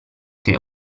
che